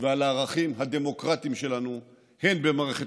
ועל הערכים הדמוקרטיים שלנו הן במערכת